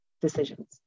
decisions